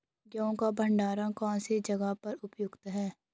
गेहूँ का भंडारण कौन सी जगह पर उपयुक्त है?